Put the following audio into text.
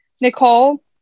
Nicole